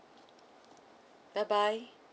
bye bye